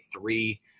three